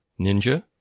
Ninja